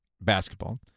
basketball